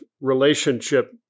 relationship